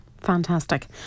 fantastic